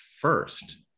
first